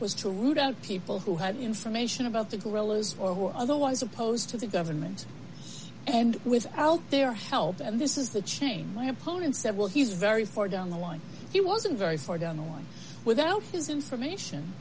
was to root out people who had information about the guerillas or otherwise opposed to the government and without their help and this is the change my opponent said well he's very far down the line he wasn't very far down the line without his information